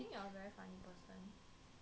no leh 我不觉得